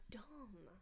dumb